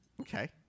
okay